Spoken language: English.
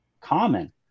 common